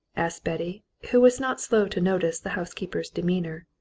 asked betty, who was not slow to notice the housekeeper's demeanour.